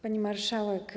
Pani Marszałek!